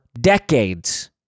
decades